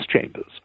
chambers